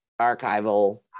archival